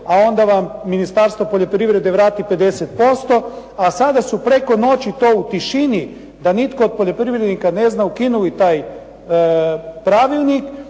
a onda vam Ministarstvo poljoprivrede vrati 50%. A sada su to preko noći i to u tišini da nitko od poljoprivrednika ne zna ukinuli taj pravilnik